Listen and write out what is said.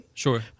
Sure